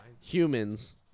humans